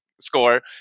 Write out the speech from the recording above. score